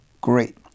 great